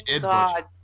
God